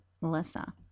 Melissa